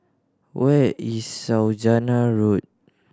where is Saujana Road